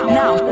now